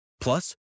Plus